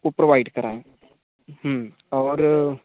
वो प्रोवाइड कराएँ और